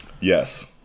Yes